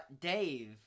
Dave